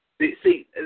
See